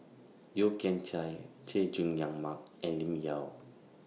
Yeo Kian Chai Chay Jung Jun Mark and Lim Yau